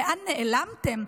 לאן נעלמתם?